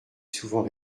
souvent